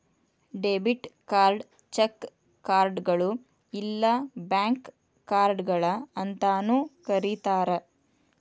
debit ಕಾರ್ಡ್ನ cheque ಕಾರ್ಡ್ಗಳು ಇಲ್ಲಾ ಬ್ಯಾಂಕ್ ಕಾರ್ಡ್ಗಳ ಅಂತಾನೂ ಕರಿತಾರ